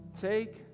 take